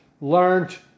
learned